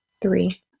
three